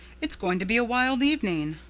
it's going to be a wild evening.